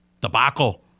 debacle